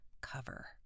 cover